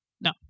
No